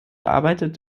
arbeitet